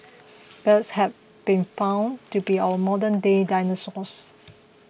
birds have been found to be our modernday dinosaurs